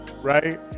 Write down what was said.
right